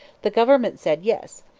the government said yes.